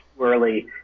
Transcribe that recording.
early